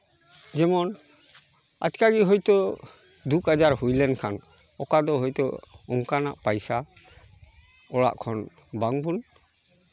ᱡᱮᱢᱚᱱ ᱟᱪᱠᱟ ᱜᱮ ᱦᱚᱭᱛᱳ ᱫᱩᱠ ᱟᱡᱟᱨ ᱦᱩᱭ ᱞᱮᱱᱠᱷᱟᱱ ᱚᱠᱟ ᱫᱚ ᱦᱚᱭᱛᱳ ᱚᱱᱠᱟᱱᱟᱜ ᱯᱚᱭᱥᱟ ᱚᱲᱟᱜ ᱠᱷᱚᱱ ᱵᱟᱝᱵᱚᱱ